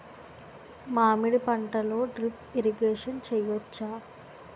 మామిడి పంటలో drip irrigation చేయచ్చా?